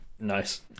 Nice